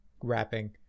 wrapping